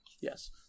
yes